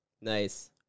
Nice